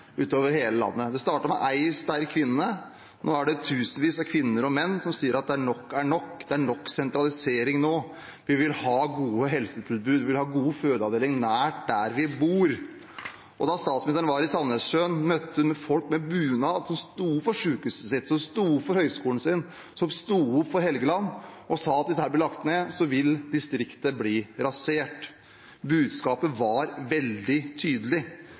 hele landet. Det startet med én sterk kvinne, og nå er det tusenvis av kvinner og menn som sier at nok er nok, det er nok sentralisering nå, vi vil ha gode helsetilbud, vi vil ha gode fødeavdelinger nær der vi bor. Da statsministeren var i Sandnessjøen, møtte hun folk med bunad som sto opp for sykehuset sitt, som sto opp for høyskolen sin, som sto opp for Helgeland og sa at hvis dette blir lagt ned, vil distriktet bli rasert. Budskapet var veldig tydelig.